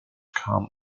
kam